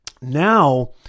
Now